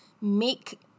make